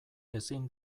ezin